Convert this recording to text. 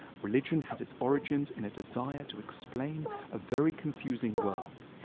religion has its origins in a desire to explain a very confusing world.